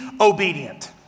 obedient